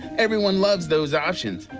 everyone loves those options,